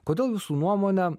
kodėl jūsų nuomone